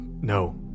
no